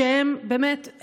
שבאמת,